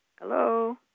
Hello